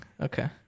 Okay